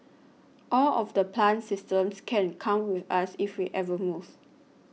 all of the plant systems can come with us if we ever move